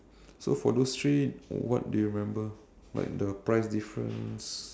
so for those three what do you remember like the price difference